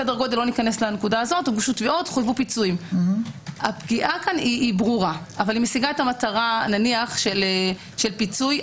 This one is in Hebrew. הפגיעה פה ברורה אבל משיגה את המטרה של פיצוי.